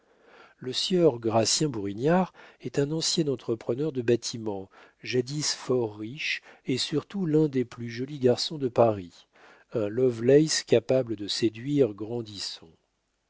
le sieur gratien bourignard est un ancien entrepreneur de bâtiments jadis fort riche et surtout l'un des plus jolis garçons de paris un lovelace capable de séduire grandisson